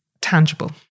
tangible